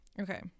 Okay